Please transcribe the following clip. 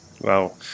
Wow